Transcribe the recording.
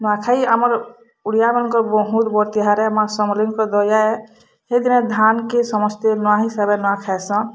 ନୂଆଁଖାଇ ଆମର୍ ଓଡ଼ିଆ ମାନ୍ଙ୍କର୍ ବହୁତ ବଡ଼ ତିହାରେ ମାଁ ସମଲେଇଙ୍କ ଦୟା ହେଦିନ୍ ଧାନ୍ କେ ସମସ୍ତେ ନୂଆଁ ହିଷବେ ନୂଆଁ ଖାଇସନ୍